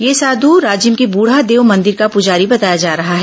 यह साधु राजिम के बुढ़ादेव मंदिर का पुजारी बताया जा रहा है